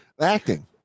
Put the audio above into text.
acting